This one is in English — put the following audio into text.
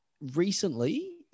recently